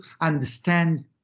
understand